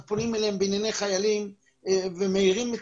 אנחנו פונים אליהם בענייני חיילים ומאירים את